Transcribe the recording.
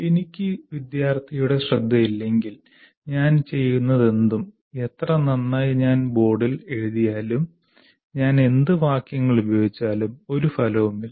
എനിക്ക് വിദ്യാർത്ഥിയുടെ ശ്രദ്ധയില്ലെങ്കിൽ ഞാൻ ചെയ്യുന്നതെന്തും എത്ര നന്നായി ഞാൻ ബോർഡിൽ എഴുതിയാലും ഞാൻ എന്ത് വാക്യങ്ങൾ ഉപയോഗിച്ചാലും ഒരു ഫലവുമില്ല